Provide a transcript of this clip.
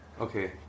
Okay